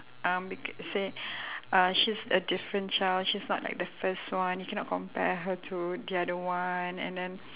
um because say uh she's a different child she's not like the first one you cannot compare her to the other one and then